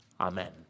Amen